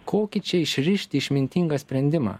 kokį čia išrišti išmintingą sprendimą